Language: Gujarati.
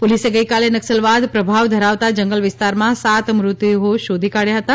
પોલીસે ગઈકાલે નકસલવાદ પ્રભાવ ધરાવતા જંગલ વિસ્તારમાંથી સાત મૃતદેહો શોધી કાઢ્યા હતા